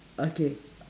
okay